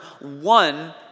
one